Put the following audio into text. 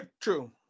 True